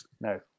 No